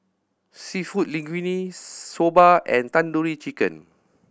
Seafood Linguine Soba and Tandoori Chicken